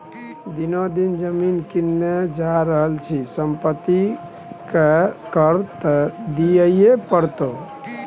दिनो दिन जमीन किनने जा रहल छी संपत्ति कर त दिअइये पड़तौ